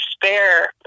despair